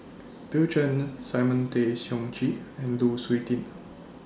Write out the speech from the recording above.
Bill Chen Simon Tay Seong Chee and Lu Suitin